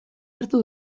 hartu